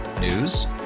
News